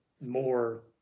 more